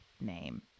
name